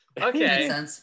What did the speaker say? okay